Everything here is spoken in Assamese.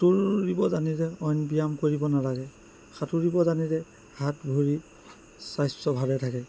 সাঁতুৰিব জানিলে অইন ব্যায়াম কৰিব নালাগে সাঁতুৰিব জানিলে হাত ভৰি স্বাস্থ্য ভালে থাকে